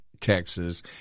Texas –